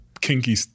kinky